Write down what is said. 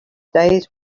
days